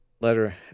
letter